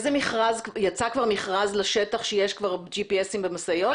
יצא כבר מכרז לשטח שיש כבר GPS במשאיות?